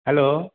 hello